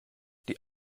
die